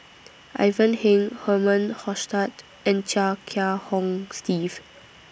Ivan Heng Herman Hochstadt and Chia Kiah Hong Steve